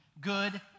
good